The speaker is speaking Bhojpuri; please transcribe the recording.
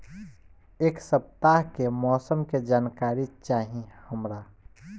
एक सपताह के मौसम के जनाकरी चाही हमरा